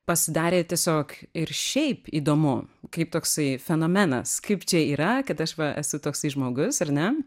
pasidarė tiesiog ir šiaip įdomu kaip toksai fenomenas kaip čia yra kad aš va esu toksai žmogus ar ne